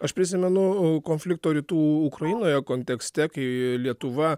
aš prisimenu konflikto rytų ukrainoje kontekste kai lietuva